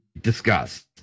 discussed